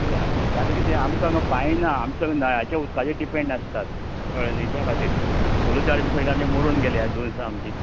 हय जाले किदें आमकां हांगा बांय ना आमचें नळाचे उदकाचेर डिपेंड आसतात कळ्ळें न्हय त्या खातीर पयलूंच मोडून गेलां